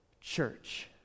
church